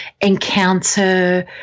encounter